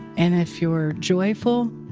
and if you're joyful,